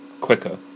quicker